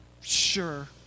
sure